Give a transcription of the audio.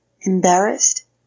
embarrassed